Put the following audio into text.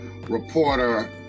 reporter